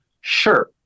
sure